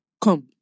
come